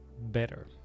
better